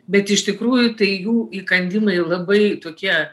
bet iš tikrųjų tai jų įkandimai labai tokie